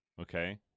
okay